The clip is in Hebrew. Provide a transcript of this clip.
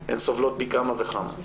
הן סובלות פי כמה וכמה.